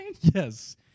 Yes